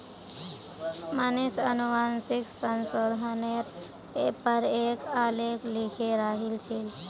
मनीष अनुवांशिक संशोधनेर पर एक आलेख लिखे रहिल छील